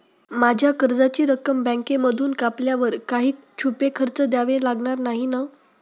माझ्या कर्जाची रक्कम बँकेमधून कापल्यावर काही छुपे खर्च द्यावे नाही लागणार ना?